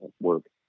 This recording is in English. work